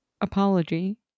apology